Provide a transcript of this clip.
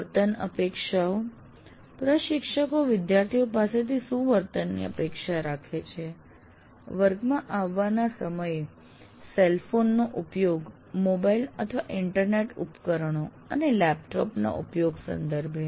વર્તન અપેક્ષાઓ પ્રશિક્ષકો વિદ્યાર્થીઓ પાસેથી શું વર્તન અપેક્ષાઓ રાખે છે વર્ગમાં આવવાના સમય સેલ ફોન નો ઉપયોગ મોબાઇલ ઇન્ટરનેટ ઉપકરણો અને લેપટોપ ના ઉપયોગ સંદર્ભે